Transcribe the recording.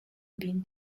been